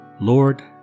Lord